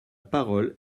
parole